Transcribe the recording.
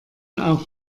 auch